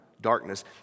darkness